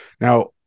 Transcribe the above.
Now